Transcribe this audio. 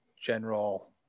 general